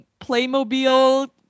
Playmobil